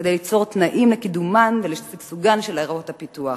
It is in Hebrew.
כדי ליצור תנאים לקידומן ולשגשוגן של עיירות הפיתוח.